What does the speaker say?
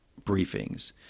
briefings